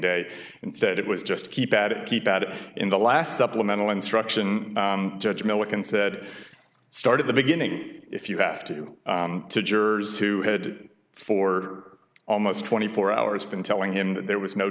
day instead it was just keep at it keep at it in the last supplemental instruction judge millikan said start at the beginning if you have to to jurors who headed for almost twenty four hours been telling him that there was no